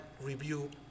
review